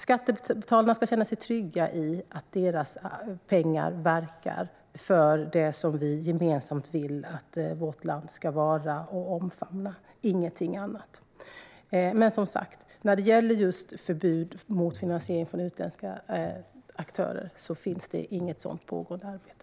Skattebetalarna ska känna sig trygga i att deras pengar verkar för det som vi gemensamt vill att vårt land ska vara och omfamna - ingenting annat. Men som sagt: När det gäller just förbud mot finansiering från utländska aktörer finns det inget sådant pågående arbete.